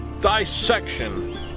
dissection